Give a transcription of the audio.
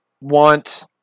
want